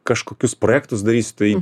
kažkokius projektus darysiu tai